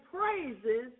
praises